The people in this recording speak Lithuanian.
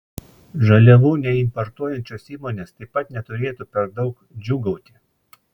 žaliavų neimportuojančios įmonės taip pat neturėtų per daug džiūgauti